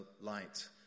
light